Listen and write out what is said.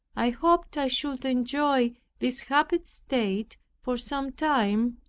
i hoped i should enjoy this happy state for some time,